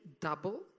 double